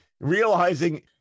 realizing